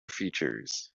features